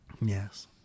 Yes